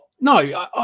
No